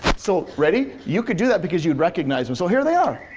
so ready? you could do that because you recognize them. so here they are.